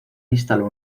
instaló